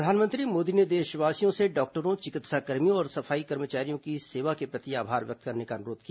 प्रधानमंत्री मोदी ने देशवासियों से डॉक्टरों चिकित्सा कर्मियों और सफाई कर्मचारियों की सेवा के प्रति आभार व्यक्त करने का अनुरोध किया